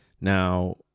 Now